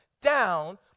down